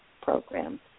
program